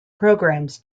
programs